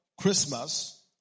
Christmas